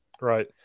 Right